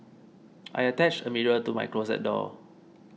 I attached a mirror to my closet door